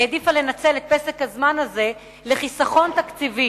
העדיפה לנצל את פסק הזמן הזה לחיסכון תקציבי